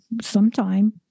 sometime